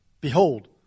behold